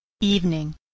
Evening